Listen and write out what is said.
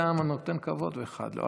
לאחד נותן כבוד ולאחד לא.